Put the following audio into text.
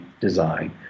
design